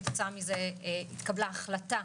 כתוצאה מזה התקבלה החלטה